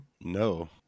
No